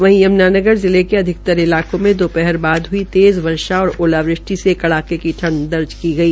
वहीं यम्नानगर जिले के अधिकतर इलाकों में दोपहर बाद हुई तेज़ वर्षा और ओलावृष्टि से कड़ाके की ठंड दर्ज की गई